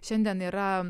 šiandien yra